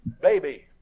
Baby